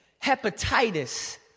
hepatitis